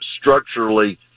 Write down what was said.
structurally